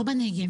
למשל בנגב,